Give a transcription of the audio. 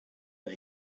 but